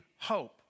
hope